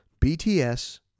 BTS